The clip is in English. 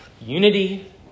Unity